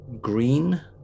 green